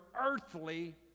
earthly